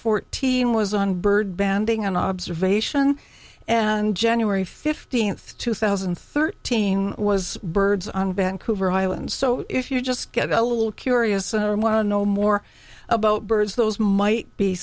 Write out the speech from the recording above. fourteen was on bird banding on observation and january fifteenth two thousand and thirteen was birds on vancouver island so if you just get a little curious and want to know more about birds those might be